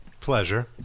Pleasure